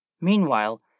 Meanwhile